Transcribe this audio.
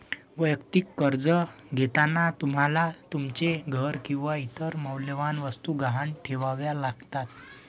वैयक्तिक कर्ज घेताना तुम्हाला तुमचे घर किंवा इतर मौल्यवान वस्तू गहाण ठेवाव्या लागतात